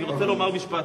אני רוצה לומר משפט.